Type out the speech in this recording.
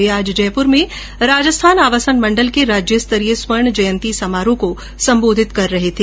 वे आज जयप्र में राजस्थान आवासन मण्डल के राज्यस्तरीय स्वर्णजयंती समारोह को संबोधित कर रहे थे